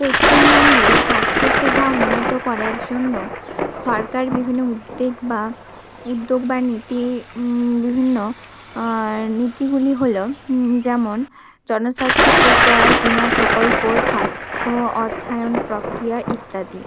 পশ্চিমবঙ্গে স্বাস্থ্যসেবা উন্নত করার জন্য সরকার বিভিন্ন উদ্যেগ বা উদ্যোগ বা নীতি বিভিন্ন নীতিগুলি হল যেমন জনস্বাস্থ্য প্রচার বিমা প্রকল্প স্বাস্থ্য অর্থায়ন প্রক্রিয়া ইত্যাদি